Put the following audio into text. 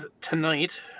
tonight